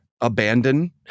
abandon